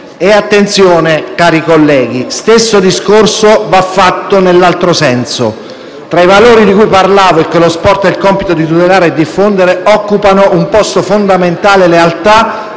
Attenzione, cari colleghi: stesso discorso va fatto nell'altro senso. Tra i valori di cui parlavo e che lo sport ha il compito di tutelare e diffondere occupano un posto fondamentale lealtà